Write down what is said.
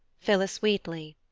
phillis wheatley.